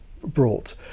brought